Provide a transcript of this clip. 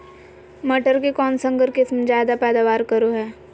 मटर के कौन संकर किस्म जायदा पैदावार करो है?